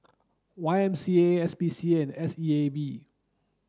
Y M C A S P C A and S E A B